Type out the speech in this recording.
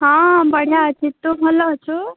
ହଁ ବଢ଼ିଆ ଅଛି ତୁ ଭଲ ଅଛୁ